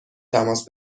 تماس